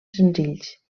senzills